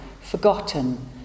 forgotten